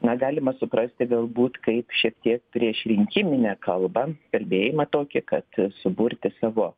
na galima suprasti galbūt kaip šiek tiek priešrinkiminę kalbą kalbėjimą tokį kad suburti savo